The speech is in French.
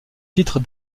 titre